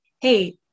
hey